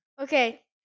okay